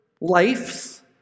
lives